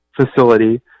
facility